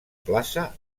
plaça